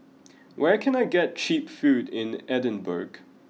where can I get cheap food in Edinburgh